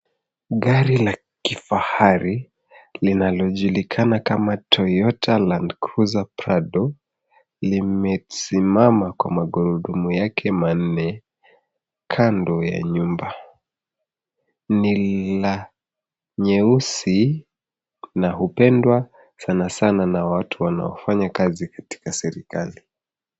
Gari la kifahari linalojulikana kama Toyota Land Cruise Brado limesimama kwa magurudumu yake manne kando ya nyumba ni la nyeusi na hupendwa na watu wanaofanya kazi katika serikali.